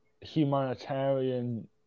humanitarian